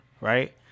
right